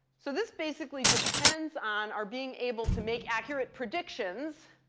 so this basically depends on our being able to make accurate predictions,